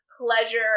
Pleasure